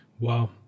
Wow